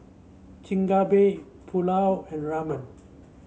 Chigenabe Pulao and Ramen